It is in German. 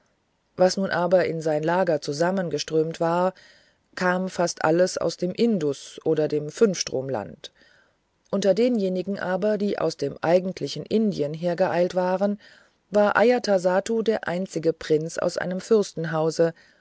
was nun aber in sein lager zusammengeströmt war kam fast alles aus dem indus oder dem fünfstromland unter denjenigen aber die aus dem eigentlichen indien hergeeilt waren war ajatasattu der einzige prinz aus einem